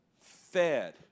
fed